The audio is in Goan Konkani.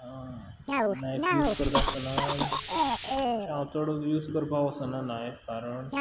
नायफ यूज करता आसताना अशें हांव चड यूज करपा वसना नायफ कारण